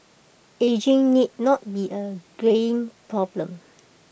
ageing need not be A greying problem